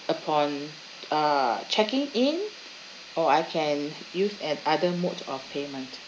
upon uh checking in or I can use at other modes of payment